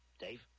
Dave